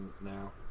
now